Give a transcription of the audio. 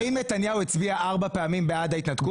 האם נתניהו הצביע ארבע פעמים בעד ההתנתקות?